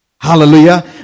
Hallelujah